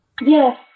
Yes